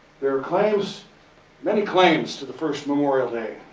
there are claims many claims to the first memorial day.